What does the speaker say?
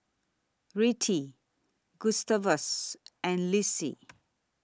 Rettie Gustavus and Lissie